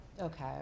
Okay